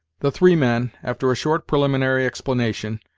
the three men, after a short preliminary explanation,